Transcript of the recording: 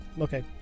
Okay